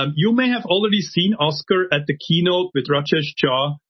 um you may have already seen oscar at the keynote with rajesh joe.